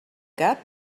cap